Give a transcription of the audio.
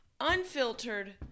unfiltered